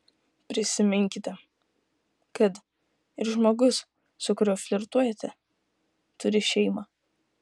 prisiminkite kad ir žmogus su kuriuo flirtuojate turi šeimą